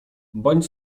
bądź